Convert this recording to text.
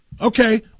Okay